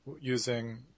using